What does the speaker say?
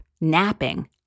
napping